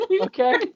Okay